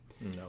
No